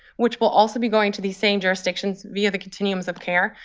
which will also be going to the same jurisdictions via the continuums of care,